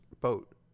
boat